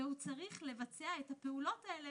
והוא צריך לבצע את הפעולות האלה